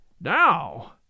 Now